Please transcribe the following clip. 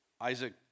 Isaac